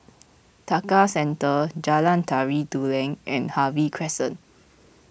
Tekka Centre Jalan Tari Dulang and Harvey Crescent